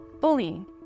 Bullying